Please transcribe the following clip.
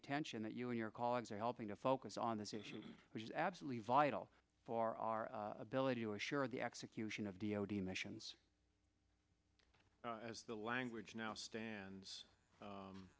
attention that you and your colleagues are helping to focus on this issue which is absolutely vital for our ability to assure the execution of d o d missions as the language now stands